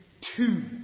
two